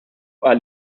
qal